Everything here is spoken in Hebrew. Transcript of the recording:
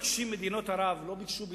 מדינות ערב לא ביקשו מישראל,